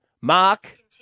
Mark